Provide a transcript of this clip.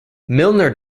milner